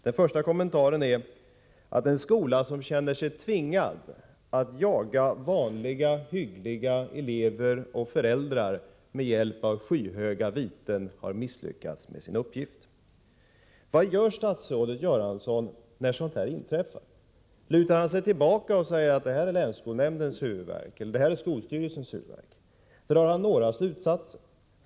Den första kommentaren är att en skola som känner sig tvingad att jaga vanliga, hyggliga elever och föräldrar med hjälp av skyhöga viten har misslyckats med sin uppgift. Vad gör statsrådet Göransson när sådant här inträffar? Lutar han sig tillbaka och säger att detta problem är länsskolnämndens eller skolstyrelsens huvudvärk? Drar han några slutsatser?